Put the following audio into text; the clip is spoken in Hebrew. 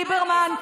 ליברמן?